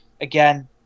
Again